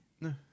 No